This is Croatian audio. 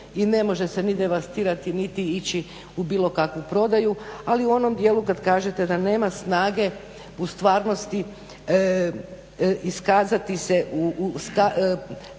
i ne može se ni devastirati niti ići u bilo kakvu prodaju. Ali u onom dijelu kad kažete da nema snage u stvarnosti iskazati se u